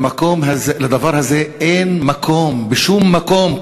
לדבר הזה אין מקום בשום מקום,